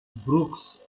brooks